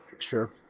Sure